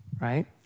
right